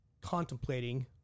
contemplating